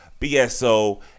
BSO